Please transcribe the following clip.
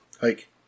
Hike